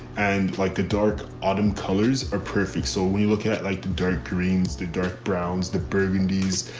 and like the dark autumn colors are perfect. so when you look at at like the dark greens, the dark browns, the burgundies,